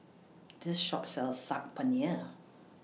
This Shop sells Saag Paneer